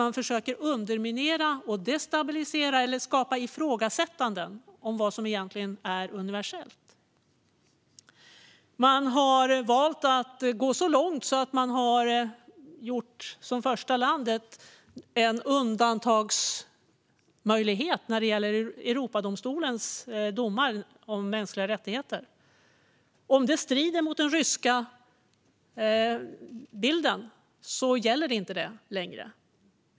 Man försöker underminera, destabilisera och skapa ifrågasättanden av vad som egentligen är universellt. Man har valt att gå så långt att man som första land har infört en undantagsmöjlighet när det gäller Europadomstolens domar om mänskliga rättigheter. Om de strider mot den ryska bilden gäller de inte längre.